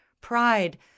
pride